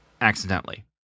Accidentally